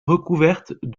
recouverte